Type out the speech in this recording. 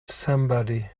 somebody